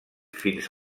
fins